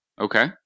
Okay